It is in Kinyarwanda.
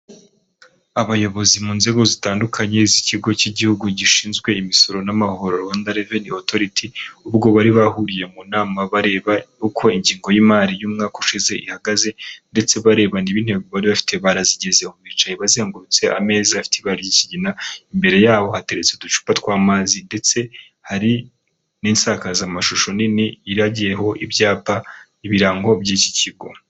Abayobozi mu nzego zitandukanye z'ikigo cy'igihugu gishinzwe imisoro n'amahoro, Rwanda reveni otoriti, ubwo bari bahuriye mu nama bareba uko ingengo y'imari y'umwaka ushize ihagaze ndetse bareba niba intego bari bafite barazigezeho. Bicaye bazengurutse ameza afite ibara ry'ikigina, imbere yaho hateretse uducupa tw'amazi ndetse hari n'insakazamashusho nini yari yagiyeho ibyapa n'ibirango by'iki kigo.